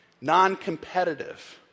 non-competitive